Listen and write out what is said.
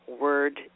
word